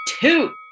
two